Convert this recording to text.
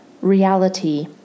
reality